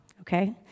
okay